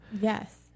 yes